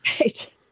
Right